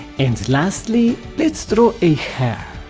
and lastly let's draw a hare,